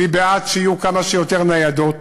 אני בעד שיהיו כמה שיותר ניידות.